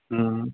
हम्म